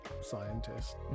scientist